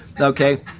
Okay